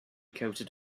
coated